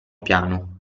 piano